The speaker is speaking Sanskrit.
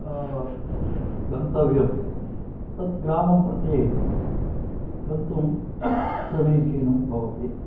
गन्तव्यं तत् ग्रामं प्रति गन्तुं समीचीनं भवति